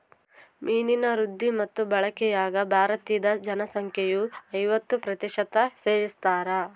ಮೀನಿನ ವೃದ್ಧಿ ಮತ್ತು ಬಳಕೆಯಾಗ ಭಾರತೀದ ಜನಸಂಖ್ಯೆಯು ಐವತ್ತು ಪ್ರತಿಶತ ಸೇವಿಸ್ತಾರ